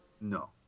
No